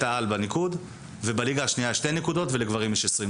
העל בניקוד ובליגת העל 2 נקודות ולגברים יש 20?